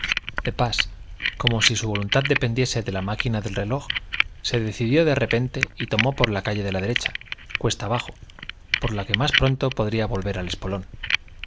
de pas como si su voluntad dependiese de la máquina del reloj se decidió de repente y tomó por la calle de la derecha cuesta abajo por la que más pronto podría volver al espolón